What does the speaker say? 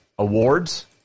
awards